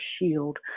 shield